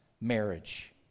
marriage